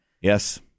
Yes